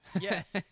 Yes